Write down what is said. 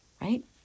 right